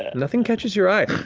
and nothing catches your eye.